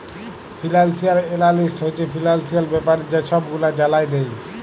financial analyst হছে financial ব্যাপারে যে ছব গুলা জালায় দেই